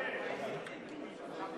ההצעה